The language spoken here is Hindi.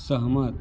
सहमत